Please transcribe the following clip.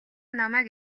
намайг